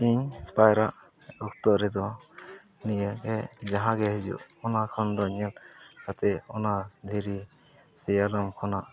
ᱤᱧ ᱯᱟᱭᱨᱟᱜ ᱚᱠᱛᱚ ᱨᱮᱫᱚ ᱱᱤᱭᱟᱹᱜᱮ ᱡᱟᱦᱟᱸᱜᱮ ᱦᱤᱡᱩᱜ ᱚᱱᱟ ᱠᱷᱚᱱ ᱫᱚ ᱧᱮᱞ ᱠᱟᱛᱮᱫ ᱚᱱᱟ ᱫᱷᱤᱨᱤ ᱥᱮᱭᱟᱞᱚᱢ ᱠᱷᱚᱱᱟᱜ